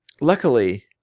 Luckily